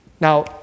Now